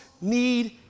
need